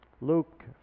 Luke